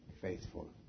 faithful